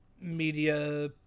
media